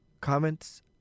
comments